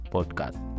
Podcast